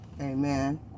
Amen